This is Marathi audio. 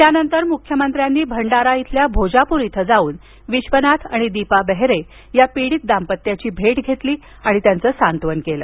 त्यानंतर मुख्यमंत्र्यांनी भंडारा इथल्या भोजापूर इथं जाऊन विधनाथ आणि दीपा बेहेरे या पिडित दाम्पत्याची भेट घेतली आणि त्यांचं सांत्वन केलं